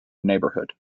neighborhood